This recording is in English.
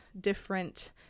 different